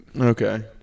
Okay